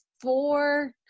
four